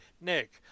Nick